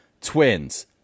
twins